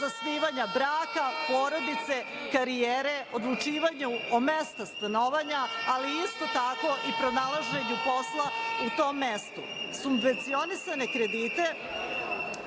zasnivanje braka, porodice, karijere, odlučivanju o mestu stanovanja, ali isto tako i pronalaženju posla u tom mestu. Subvencionisani krediti